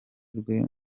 rwe